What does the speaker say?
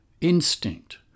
Instinct